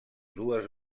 dues